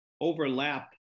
overlap